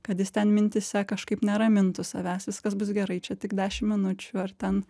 kad jis ten mintyse kažkaip neramintų savęs viskas bus gerai čia tik dešim minučių ar ten